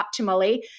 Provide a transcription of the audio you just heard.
optimally